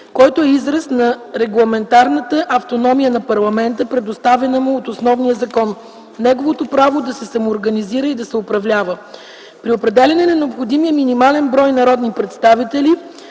който е израз на регламентарната автономия на парламента, предоставена му от основния закон – неговото право да се самоорганизира и да се управлява. При определяне на необходимия минимален брой народни представители